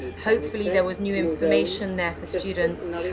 hopefully there was new information there for students,